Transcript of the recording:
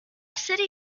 city